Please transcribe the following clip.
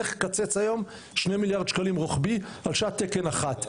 לך תקצץ היום 2 מיליארד שקלים רוחבי על שעת תקן אחת,